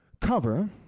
cover